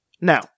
Now